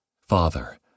Father